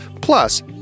Plus